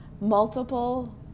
multiple